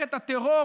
תומכת הטרור,